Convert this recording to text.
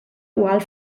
ual